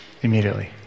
Immediately